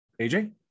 AJ